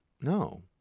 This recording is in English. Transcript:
no